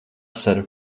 ser